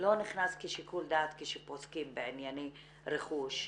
לא ניכנס כשיקול דעת כשפוסקים בענייני רכוש?